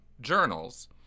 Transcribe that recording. journals